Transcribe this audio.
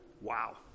Wow